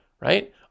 right